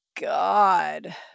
God